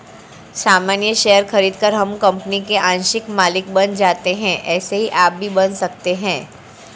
सामान्य शेयर खरीदकर हम कंपनी के आंशिक मालिक बन जाते है ऐसे ही आप भी बन सकते है